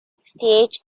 stage